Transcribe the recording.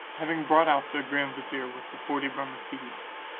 having brought out the grand vizier with the forty bermukkees,